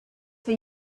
for